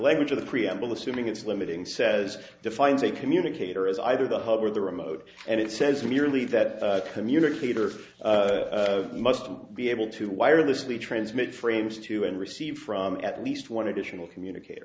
language of the preamble assuming it's limiting says defines a communicator as either the hub or the remote and it says merely that communicator must be able to wirelessly transmit frames to and receive from at least one additional communicat